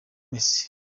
messi